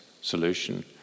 solution